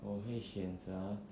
我会选择